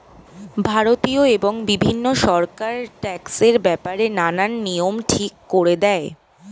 ভারতীয় এবং বিভিন্ন সরকার ট্যাক্সের ব্যাপারে নানান নিয়ম ঠিক করে দেয়